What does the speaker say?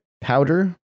powder